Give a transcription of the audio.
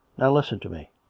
now listen to me!